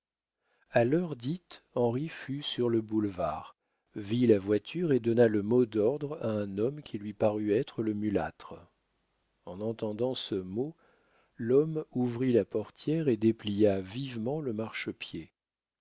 a l'heure dite henri fut sur le boulevard vit la voiture et donna le mot d'ordre à un homme qui lui parut être le mulâtre en entendant ce mot l'homme ouvrit la portière et déplia vivement le marchepied